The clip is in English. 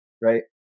right